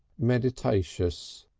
meditatious,